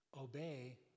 obey